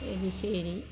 എലിശ്ശേരി